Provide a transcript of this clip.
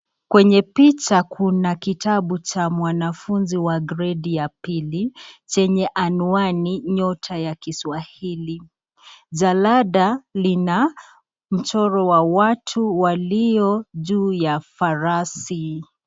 Kwenye picha kuna kitabu cha mwanafunzi wa gredi wa pili, chenye anwani nyota ya kiswahili jalada lina mchoro wa watu walio juu ya farasi